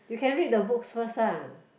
you can read the books first ah